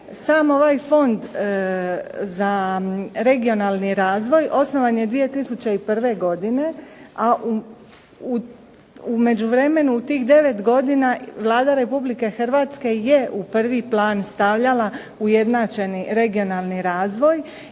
Sam ovaj Fond za regionalni razvoj osnovan je 2001. godine, a u međuvremenu u tih 9 godina Vlada Republike Hrvatske je u prvi plan stavljala ujednačeni regionalni razvoj.